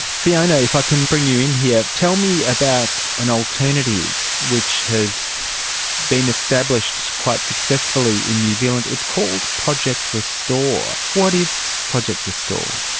fiona, if i can bring you in here. tell me about an alternative which has been established quite successfully in new zealand. it's called project restore. what is project restore?